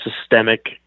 systemic